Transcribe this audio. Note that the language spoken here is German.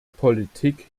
politik